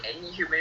picnic